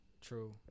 True